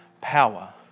power